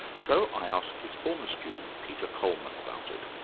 so i asked his former student peter coleman about it.